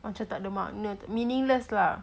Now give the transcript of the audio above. macam tak ada makna meaningless lah